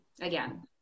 again